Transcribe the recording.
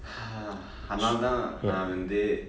அதுனால தா நா வந்து:athunaala thaa naa vanthu